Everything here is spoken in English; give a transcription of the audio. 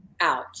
out